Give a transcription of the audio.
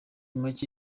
make